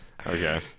okay